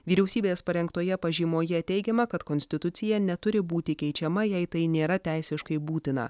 vyriausybės parengtoje pažymoje teigiama kad konstitucija neturi būti keičiama jei tai nėra teisiškai būtina